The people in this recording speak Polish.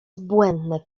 błędne